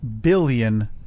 billion